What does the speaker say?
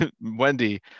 Wendy